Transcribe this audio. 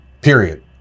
period